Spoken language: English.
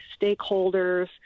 stakeholders